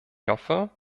hoffe